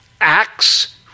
acts